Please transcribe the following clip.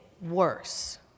worse